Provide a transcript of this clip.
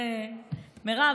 מירב,